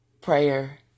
prayer